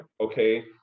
Okay